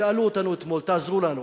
שאלו אותנו אתמול, תעזרו לנו.